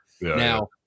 now